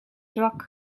zwak